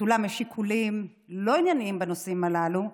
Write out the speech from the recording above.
נטולה משיקולים לא ענייניים בנושאים הללו,